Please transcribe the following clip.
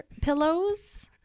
pillows